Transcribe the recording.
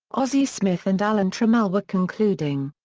ozzie smith and alan trammell were concluding.